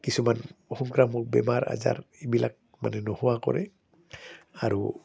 কিছুমান সংক্ৰামক বেমাৰ আজাৰ এইবিলাক মানে নোহোৱা কৰে আৰু